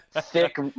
thick